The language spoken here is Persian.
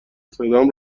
صدام